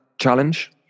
challenge